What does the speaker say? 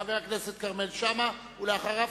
חבר הכנסת כרמל שאמה, ואחריו,